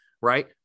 right